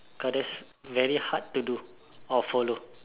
cause that's very hard to do or follow